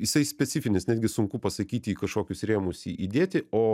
jisai specifinis netgi sunku pasakyti į kažkokius rėmus jį įdėti o